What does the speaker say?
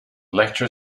lecture